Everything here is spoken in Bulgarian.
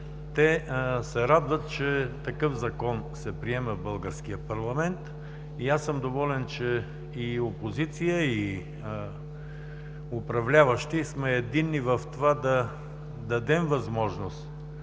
те се радват, че такъв Закон се приема в българския парламент. Аз съм доволен, че и опозиция, и управляващи сме единни в това да дадем възможност